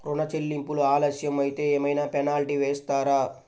ఋణ చెల్లింపులు ఆలస్యం అయితే ఏమైన పెనాల్టీ వేస్తారా?